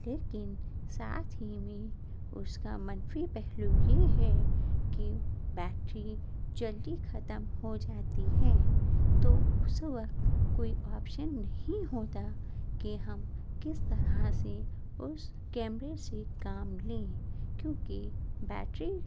لیکن ساتھ ہی میں اس کا منفی پہلو بھی ہے کہ بیٹری جلدی ختم ہوجاتی ہے تو اس وقت کوئی آپشن نہیں ہوتا کہ ہم کس طرح سے اس کیمرے سے کام لیں کیونکہ بیٹری